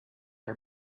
our